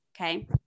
Okay